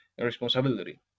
responsibility